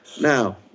Now